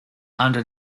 under